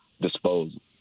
disposal